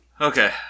Okay